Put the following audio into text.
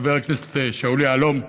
חבר הכנסת שאול יהלום,